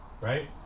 right